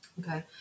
Okay